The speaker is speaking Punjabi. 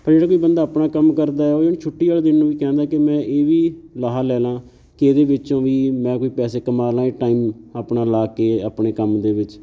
ਪਰ ਜਿਹੜਾ ਕੋਈ ਬੰਦਾ ਆਪਣਾ ਕੰਮ ਕਰਦਾ ਉਹ ਛੁੱਟੀ ਵਾਲੇ ਦਿਨ ਨੂੰ ਵੀ ਕਹਿੰਦਾ ਕਿ ਮੈਂ ਇਹ ਵੀ ਲਾਹਾ ਲੈ ਲਾਂ ਕਿ ਇਹਦੇ ਵਿੱਚੋਂ ਵੀ ਮੈਂ ਕੋਈ ਪੈਸੇ ਕਮਾ ਲਾਂ ਟਾਈਮ ਆਪਣਾ ਲਾ ਕੇ ਆਪਣੇ ਕੰਮ ਦੇ ਵਿੱਚ